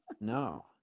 No